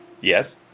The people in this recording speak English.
Yes